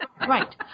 Right